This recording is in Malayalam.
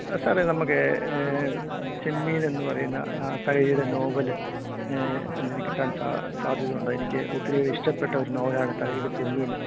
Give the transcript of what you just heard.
സാറേ നമ്മള്ക്ക് ചെമ്മീൻ എന്നു പറയുന്ന ആ തകഴിയുടെ നോവല് എന്തേലും കിട്ടാൻ സാ സാധ്യത ഉണ്ടോ എനിക്ക് ഒത്തിരി ഇഷ്ടപ്പെട്ട ഒരു നോവലാണ് തകഴിയുടെ ചെമ്മീന്